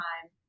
time